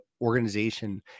organization